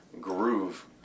groove